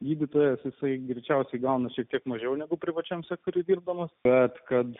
gydytojas jisai girčiausi gaunu šiek tiek mažiau negu privačiam sektoriui dirbdamas bet kad